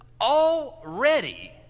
already